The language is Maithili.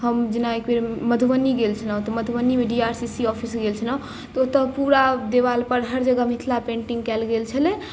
हम जेना एक बेर मधुबनी गेल छलहुँ तऽ मधुबनीमे D R C C office गेल छलहुँ तऽ ओतय पुरा देवाल पर हर जगह मिथिला पेन्टिंग छलै आओर